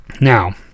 Now